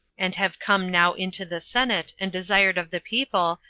and have come now into the senate, and desired of the people,